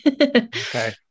Okay